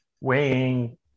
weighing